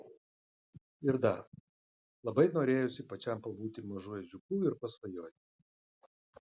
ir dar labai norėjosi pačiam pabūti mažu ežiuku ir pasvajoti